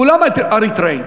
כולם אריתריאים.